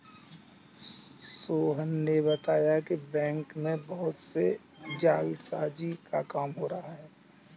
सोहन ने बताया कि बैंक में बहुत से जालसाजी का काम हो रहा है